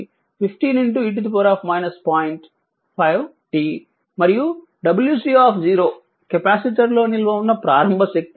5 t మరియు wC capacitor లో నిల్వ ఉన్న ప్రారంభ శక్తి